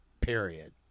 period